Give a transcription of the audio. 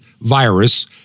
virus